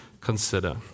consider